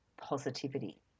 positivity